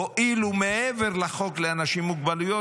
הועילו מעבר לחוק לאנשים עם מוגבלויות,